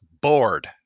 bored